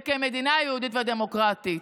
וכמדינה יהודית ודמוקרטית.